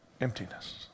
emptiness